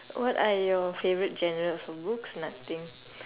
what are your favourite genres from books nothing